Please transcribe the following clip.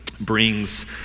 brings